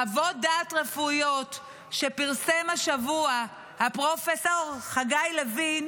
חוות דעת רפואיות שפרסם השבוע פרופ' חגי לוין